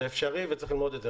זה אפשרי וצריך ללמוד את זה,